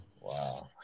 Wow